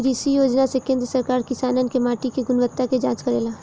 कृषि योजना से केंद्र सरकार किसानन के माटी के गुणवत्ता के जाँच करेला